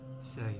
say